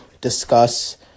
discuss